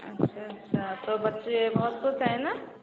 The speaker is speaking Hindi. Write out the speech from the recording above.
अच्छा अच्छा तो बच्चे बहुत ख़ुश हैं ना